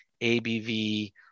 abv